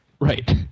Right